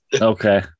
okay